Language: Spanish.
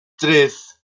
tres